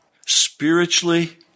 spiritually